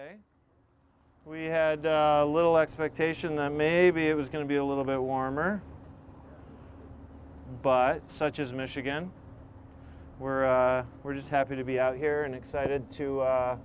we had little expectation that maybe it was going to be a little bit warmer but such as michigan we're we're just happy to be out here and excited to